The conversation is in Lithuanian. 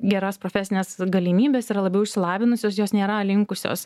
geras profesines galimybes yra labiau išsilavinusios jos nėra linkusios